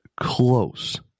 close